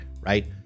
Right